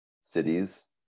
cities